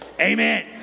Amen